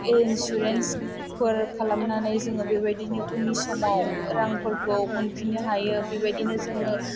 इन्सुरेन्सफोर खालामनानै जोङो बेबायदिनो उननि समाव रांफोरखौ मोनफिननो हायो बेबायदिनो जोङो